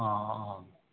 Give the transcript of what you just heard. अ अ